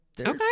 Okay